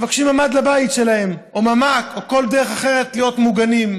מבקשים ממ"ד לבית שלהם או ממ"ק או כל דרך אחרת להיות מוגנים.